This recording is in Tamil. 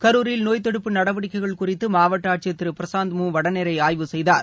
கரூரில் நோய் தடுப்பு நடவடிக்கைகள் குறித்து மாவட்ட ஆட்சியர் திரு பிரசாந்த் மு வடநேரே ஆய்வு செய்தார்